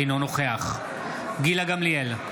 אינו נוכח גילה גמליאל,